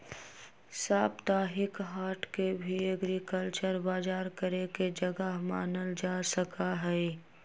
साप्ताहिक हाट के भी एग्रीकल्चरल बजार करे के जगह मानल जा सका हई